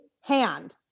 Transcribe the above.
hand